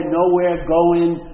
nowhere-going